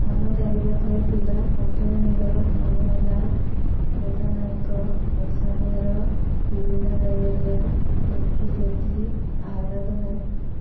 ଆମ ଚାରିପାଖରେ ଥିବା ପାଞ୍ଚ ଜଣଙ୍କର ନାମ ହେଲା ବର୍ଷା ନାୟକ ବର୍ଷା ମେହର ରୁବିନା ଗାଗେରିଆ ପିଙ୍କି ସେଠି ଆହାଲାଦ ନାୟକ